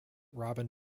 robin